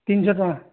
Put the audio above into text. ତିନି ଶହ ଟଙ୍କା